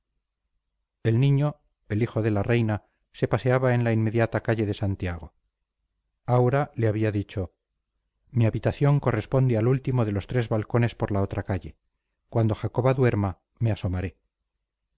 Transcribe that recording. el niño el hijo de la reina se paseaba en la inmediata calle de santiago aura le había dicho mi habitación corresponde al último de los tres balcones por la otra calle cuando jacoba duerma me asomaré